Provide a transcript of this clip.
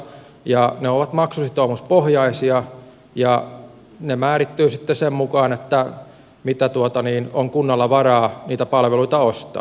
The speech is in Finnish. ne ovat maksusitoumuspohjaisia ja ne määrittyvät sitten sen mukaan mitä on kunnalla varaa niitä palveluita ostaa